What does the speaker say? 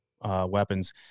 weapons